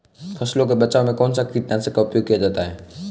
फसलों के बचाव में कौनसा कीटनाशक का उपयोग किया जाता है?